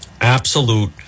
Absolute